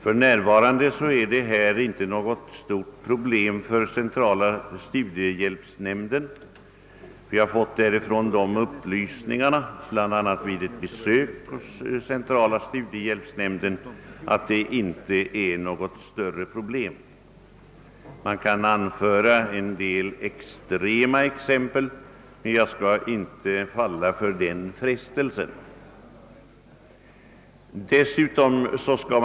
För närvarande är detta inte något stort problem enligt centrala studiehjälpsnämnden; utskottet har — bland annat vid ett besök hos nämnden — fått den upplysningen. Man kan anföra en del extrema exempel, men jag skall inte falla för den frestelsen att referera något av dem.